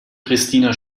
christina